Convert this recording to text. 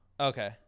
Okay